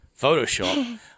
photoshop